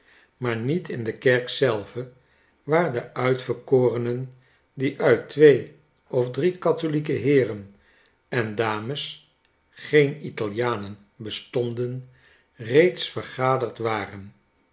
maar niet in de kerk zelve waar de uitverkorenen die uit twee of drie katholieke heeren en dames geen italianen bestonden reeds vergaderd waren